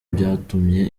byatumye